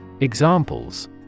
Examples